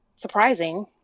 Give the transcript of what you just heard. surprising